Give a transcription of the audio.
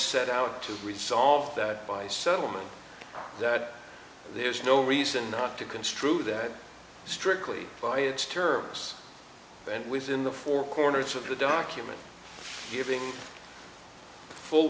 set out to resolve that by settlement that there's no reason not to construe that strictly by its terms and within the four corners of the document giving full